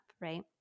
Right